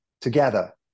together